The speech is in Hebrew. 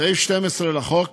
סעיף 12 לחוק